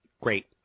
Great